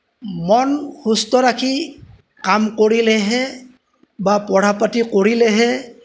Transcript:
মন সুস্থ ৰাখি কাম কৰিলেহে বা পঢ়া পাতি কৰিলেহে